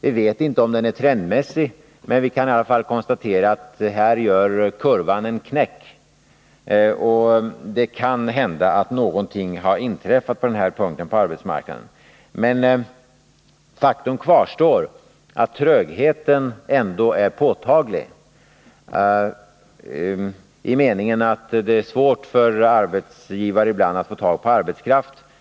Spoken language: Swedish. Vi vet inte om den är trendmässig, men vi kan i varje fall konstatera att kurvan här gör en ”knäck”. Det kan hända att någonting har inträffat på arbetsmarknaden. Faktum kvarstår: Trögheten är ändå påtaglig i den meningen att det ibland är svårt för arbetsgivare att få tag på arbetskraft.